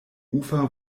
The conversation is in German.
ufer